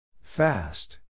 Fast